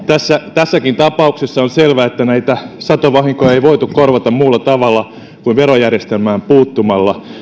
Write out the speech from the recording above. tässäkin tapauksessa on selvää että näitä satovahinkoja ei voitu korvata muulla tavalla kuin verojärjestelmään puuttumalla